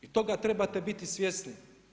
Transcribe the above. I toga trebate biti svjesni.